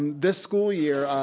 this school year,